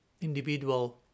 individual